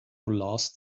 last